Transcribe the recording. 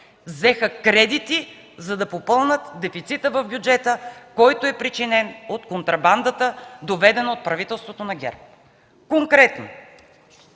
взеха кредити, за да попълнят дефицита в бюджета, който е причинен от контрабандата, доведена от правителството на ГЕРБ. Конкретно: